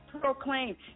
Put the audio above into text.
proclaim